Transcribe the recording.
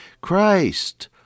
Christ